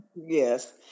Yes